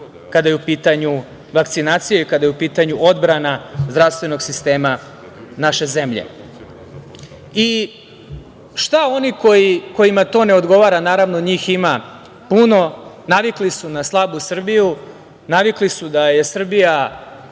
kada je u pitanju vakcinacija i kada je u pitanju odbrana zdravstvenog sistema naše zemlje. Šta oni kojima to ne odgovara, naravno njih ima puno, navikli su na slabu Srbiji, navikli su da je Srbija